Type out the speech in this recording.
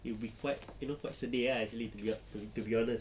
it be quite you know quite sedih kan actually to be what to be honest